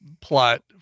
plot